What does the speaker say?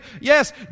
yes